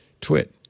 twit